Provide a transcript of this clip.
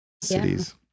cities